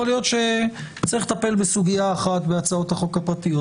יכול להיות שצריך לטפל בסוגיה אחת בהצעות החוק הפרטיות,